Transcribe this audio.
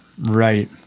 Right